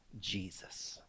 Jesus